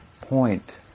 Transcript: point